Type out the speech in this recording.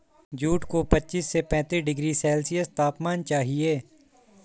jute को पच्चीस से पैंतीस डिग्री सेल्सियस तापमान चाहिए